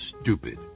stupid